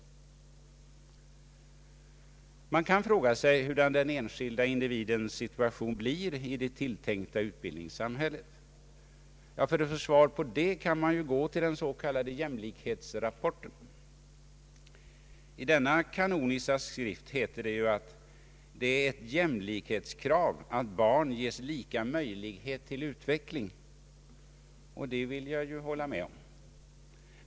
Man kan fråga sig hurudan den enskilda individens situation blir i det tilltänkta utbildningssamhället. Ja, för att Statsverkspropositionen m.m. få svar kan man ju t.ex. gå till den s.k. jämlikhetsrapporten. I denna kanoniska skrift står att ”det är ett jämlikhetskrav, att barn ges lika möjligheter till utveckling” — och det vill man ju hålla med om.